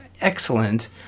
excellent